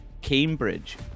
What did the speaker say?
Cambridge